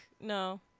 No